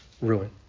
ruin